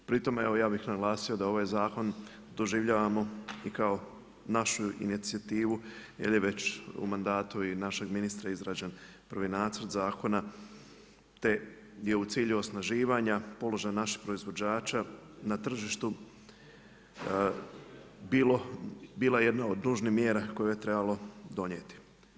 Pri tom evo ja bih naglasio da ovaj zakon doživljavamo kao našu inicijativu jel je već u mandatu našeg ministra izrađen prvi nacrt zakona te je u cilju osnaživanja položaj naših proizvođača na tržištu bila jedna od nužnih mjera koje je trebalo donijeti.